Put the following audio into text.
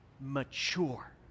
mature